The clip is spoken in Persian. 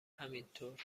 همینطور